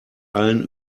allen